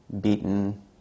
beaten